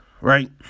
Right